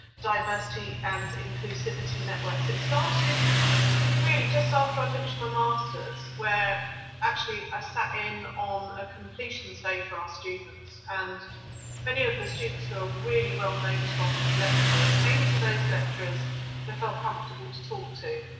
diversity, and inclusivity networks. it started really just after i finished my masters. where actually i sat in on a completion stay for our students and many of the students who are really well known to us as lecturers came to those lectures they felt comfortable to talk to.